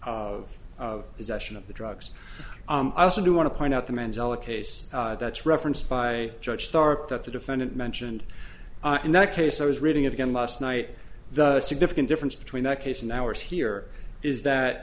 possession of the drugs i also do want to point out the manzella case that's referenced by judge stark that the defendant mentioned in that case i was reading it again last night the significant difference between that case and ours here is that